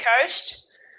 coast